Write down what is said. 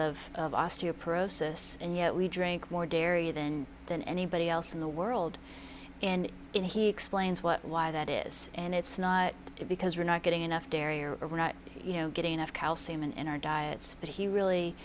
incidence of osteoporosis and yet we drink more dairy than than anybody else in the world and in he explains what why that is and it's not because we're not getting enough barrier or we're not you know getting enough calcium in our diets but he really